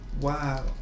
Wow